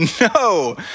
No